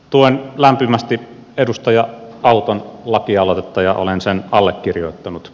tuen lämpimästi edustaja auton lakialoitetta ja olen sen allekirjoittanut